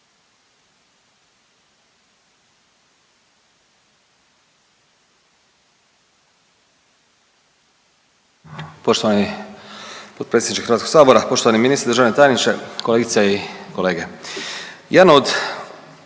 Poštovani predsjedniče Hrvatskog sabora, poštovani ministre i državni tajniče, kolegice i kolege,